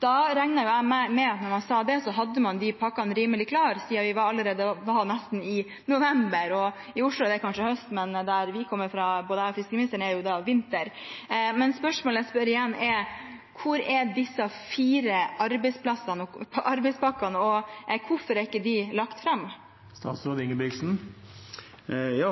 regner med at da han sa det, hadde man de pakkene rimelig klare, siden vi allerede var nesten i november. I Oslo er det kanskje høst da, men der både jeg og fiskeriministeren kommer fra, er det vinter. Spørsmålet mitt er igjen: Hvor er disse fire arbeidspakkene, og hvorfor er de ikke lagt fram? Jeg